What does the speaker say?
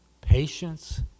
patience